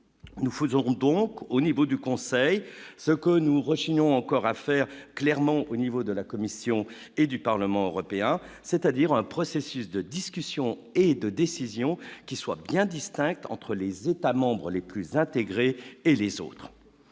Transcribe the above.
nous faisons donc au niveau du conseil, ce que nous rechignent encore à faire, Clermont au niveau de la Commission et du Parlement européen, c'est-à-dire un processus de discussion et de décisions qui soient bien distinctes entre les États membres les plus intégrés et les autres,